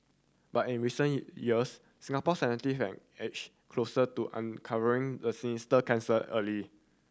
but in recent years Singapore have edged closer to uncovering the sinister cancer early